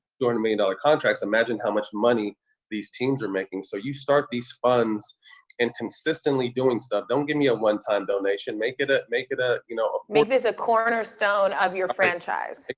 two hundred million dollars contracts imagine how much money these teams are making. so you start these funds and consistently doing stuff. don't give me a one-time donation. make it, make it a you know make this a cornerstone of your franchise.